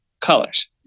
colors